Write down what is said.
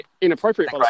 Inappropriate